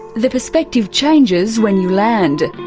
the perspective changes when you land.